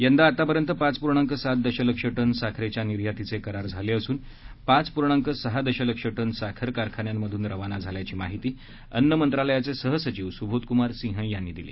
यंदा आतापर्यंत पाच पूर्णांक सात दशलक्ष टन साखरेच्या निर्यातीचे करार झाले असून पाच पूर्णांक सहा दशलक्ष टन साखर कारखान्यांमधून रवाना झाल्याची माहिती अन्न मंत्रालयाचे सहसचिव सुबोधकुमार सिंह यांनी दिली